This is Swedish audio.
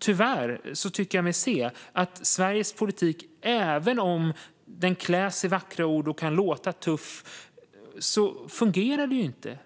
Tyvärr tycker jag mig se att Sveriges politik inte fungerar, även om den kläs i vackra ord och kan låta tuff.